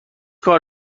کار